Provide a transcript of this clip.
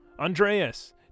Andreas